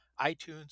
iTunes